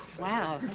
wow.